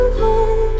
home